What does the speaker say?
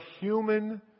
human